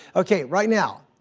okay, right now,